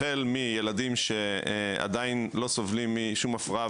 החל בילדים שעדיין לא סובלים משום הפרעה,